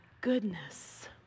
goodness